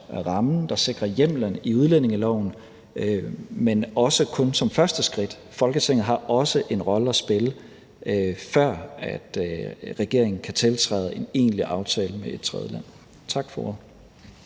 rammen, der sikrer hjemmelen i udlændingeloven, men også kun som et første skridt. Folketinget har også en rolle at spille, før regeringen kan tiltræde en egentlig aftale med et tredjeland. Tak for